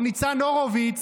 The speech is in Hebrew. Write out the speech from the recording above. או ניצן הורוביץ,